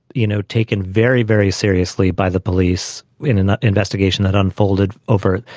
you know, taken very, very seriously by the police in an investigation that unfolded over,